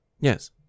Yes